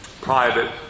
private